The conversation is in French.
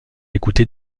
écouter